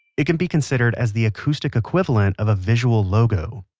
it can be considered as the acoustic equivalent of a visual logo